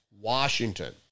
Washington